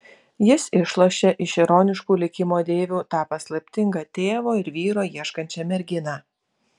jis išlošė iš ironiškų likimo deivių tą paslaptingą tėvo ir vyro ieškančią merginą